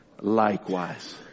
likewise